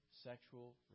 sexual